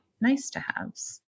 nice-to-haves